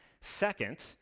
Second